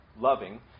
loving